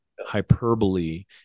hyperbole